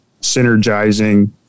synergizing